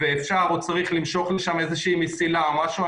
ואפשר או צריך למשוך לשם איזושהי מסילה או משהו,